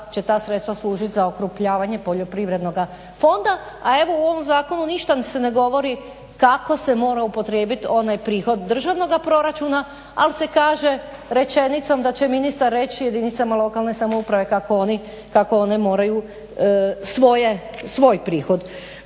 će ta sredstva služiti za okrupnjavanje poljoprivrednog fonda, a evo u ovom zakonu se ništa ne govori kako se mora upotrijebiti onaj prihod državnog proračuna ali se kaže rečenicom da će ministar reći jedinicama lokalne samouprave kako one moraju svoj prihod